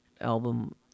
album